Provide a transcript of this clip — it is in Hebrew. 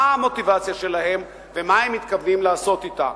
מה המוטיבציה שלהם ומה הם מתכוונים לעשות אתה.